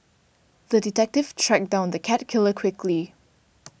the detective tracked down the cat killer quickly